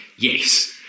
yes